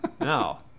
no